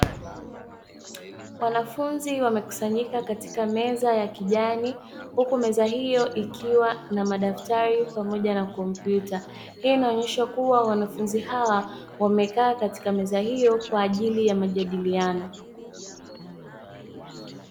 Wanafunzi wamekusanyika katika meza ya kijani, huku meza hiyo ikiwa na madaftari pamoja na kompyuta. Hii inaonyesha kuwa wanafunzi hawa wamekaa katika meza hiyo kwa ajili ya majadiliano.